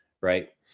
right